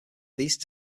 these